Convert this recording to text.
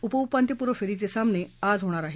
उपउपान्त्यपूर्व फेरीचे सामने आज होणार आहेत